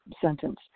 sentence